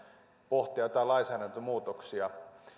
pohtia joitain lainsäädäntömuutoksia